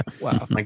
Wow